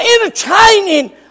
entertaining